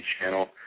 channel